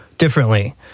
differently